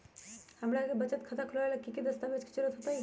हमरा के बचत खाता खोलबाबे ला की की दस्तावेज के जरूरत होतई?